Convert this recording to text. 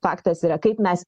faktas yra kaip mes